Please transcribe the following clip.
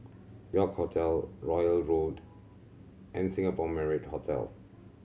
York Hotel Royal Road and Singapore Marriott Hotel